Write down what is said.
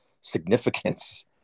significance